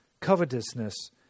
covetousness